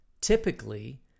typically